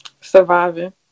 surviving